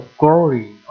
glory